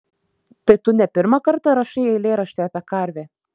tai tu ne pirmą kartą rašai eilėraštį apie karvę